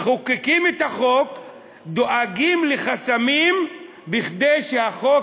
מחוקקים את החוק ודואגים לחסמים כדי שהחוק